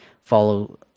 follow